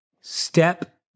step